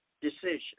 decision